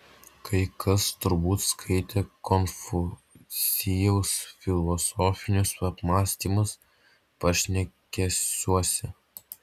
kai kas turbūt skaitė konfucijaus filosofinius apmąstymus pašnekesiuose